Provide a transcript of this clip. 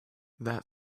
that